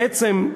בעצם,